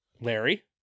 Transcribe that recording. Larry